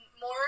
more